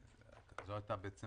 זו הייתה בעצם